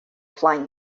flying